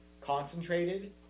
concentrated